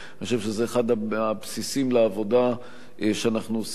אני חושב שזה אחד הבסיסים לעבודה שאנחנו עושים כאן.